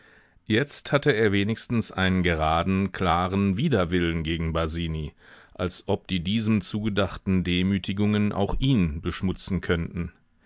jetzt hatte er wenigstens einen geraden klaren widerwillen gegen basini als ob die diesem zugedachten demütigungen auch ihn beschmutzen könnten